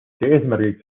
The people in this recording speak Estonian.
eesmärgiks